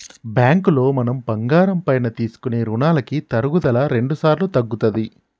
బ్యాంకులో మనం బంగారం పైన తీసుకునే రుణాలకి తరుగుదల రెండుసార్లు తగ్గుతది